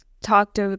talked